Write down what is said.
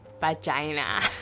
vagina